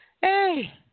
Hey